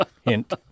hint